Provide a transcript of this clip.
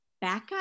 backup